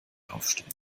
aufstehen